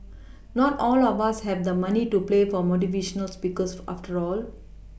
not all of us have the money to play for motivational Speakers after all